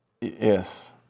Yes